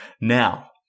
Now